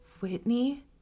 Whitney